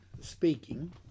speaking